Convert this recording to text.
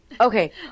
Okay